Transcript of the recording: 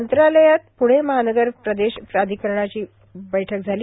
मंत्रालयात पुणे महानगर प्रदेश विकास प्राधिकरणाची बैठक झाली